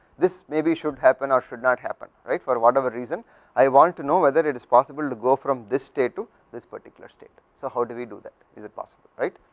this may be should happen or should not happen right for whatever reason i want to know whether it is possible go from this state to this particular state, so how do we do that, is it possible right.